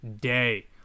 day